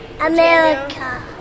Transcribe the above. America